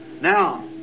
Now